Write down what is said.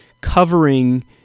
covering